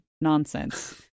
nonsense